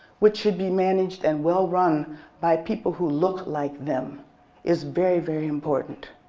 which should be managed and well run by people who look like them is very, very important.